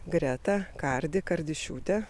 greta kardi kardišiūtė